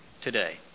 today